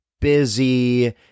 busy